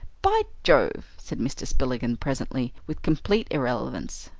by jove! said mr. spillikins presently with complete irrelevance,